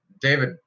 david